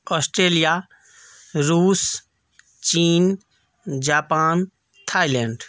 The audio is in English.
Australia Russia China Japan Thailand